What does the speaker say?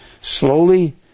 slowly